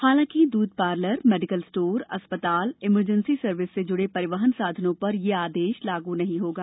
हालांकि दूध parlour medical store अस्पताल इमरजेंसी सर्विस से जूड़े परिवहन साधनों पर यह आदेश लागू नहीं होगा